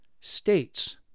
states